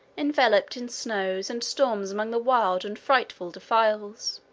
enveloped in snows and storms among the wild and frightful defiles.